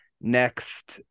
next